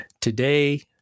Today